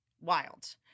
wild